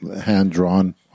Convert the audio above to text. hand-drawn